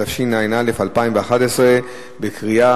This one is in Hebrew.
התשע"א 2011. קריאה